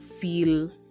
feel